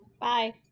Bye